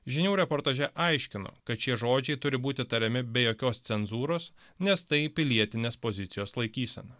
žinių reportaže aiškino kad šie žodžiai turi būti tariami be jokios cenzūros nes tai pilietinės pozicijos laikysena